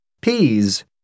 Peas